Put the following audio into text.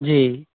जी